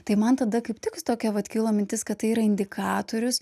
tai man tada kaip tik tokia vat kilo mintis kad tai yra indikatorius